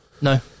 No